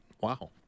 Wow